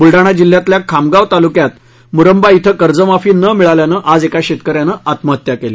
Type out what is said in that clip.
ब्लडाणा जिल्ह्यातील खामगाव तालुक्यात मुरंबा शिं कर्जमाफी न मिळाल्यामुळे आज एका शेतक यानं आत्महत्या केली